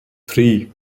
three